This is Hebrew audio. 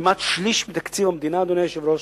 כמעט שליש מתקציב המדינה, אדוני היושב-ראש,